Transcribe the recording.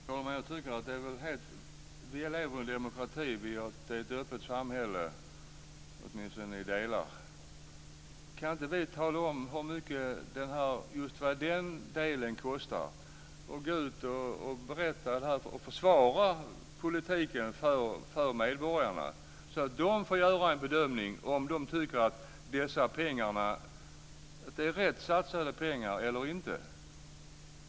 Herr talman! Jag tycker att vi lever i en demokrati och har ett öppet samhälle, åtminstone i vissa delar. Kan vi inte tala om hur mycket just den här delen kostar och gå ut och försvara politiken inför medborgarna så att de får göra en bedömning av om de tycker att dessa pengar är rätt satsade eller inte?